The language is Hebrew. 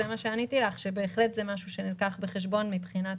בהחלט זה דבר שנלקח בחשבון מבחינת